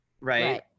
Right